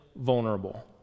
vulnerable